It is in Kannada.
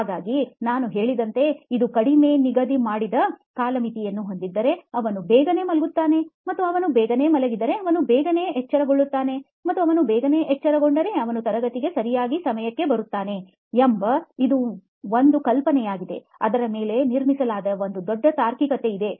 ಹಾಗಾಗಿ ನಾನು ಹೇಳಿದಂತೆ ಇದು ಕಡಿಮೆ ನಿಗದಿ ಮಾಡಿದ ಕಾಲಮಿತಿಯನ್ನು ಹೊಂದಿದ್ದರೆ ಅವನು ಬೇಗನೆ ಮಲಗುತ್ತಾನೆ ಮತ್ತು ಅವನು ಬೇಗನೆ ಮಲಗಿದರೆ ಅವನು ಬೇಗನೆ ಎಚ್ಚರಗೊಳ್ಳುತ್ತಾನೆ ಮತ್ತು ಅವನು ಬೇಗನೆ ಎಚ್ಚರಗೊಂಡರೆ ಅವನು ತರಗತಿಗೆ ಸಮಯಕ್ಕೆ ಸರಿಯಾಗಿ ಬರುತ್ತಾನೆ ಎಂಬ ಇದು ನಮ್ಮ ಕಲ್ಪನೆಯಾಗಿದೆ ಅದರ ಮೇಲೆ ನಿರ್ಮಿಸಲಾದ ಒಂದು ದೊಡ್ಡ ತಾರ್ಕಿಕತೆಯಿದೆ